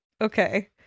okay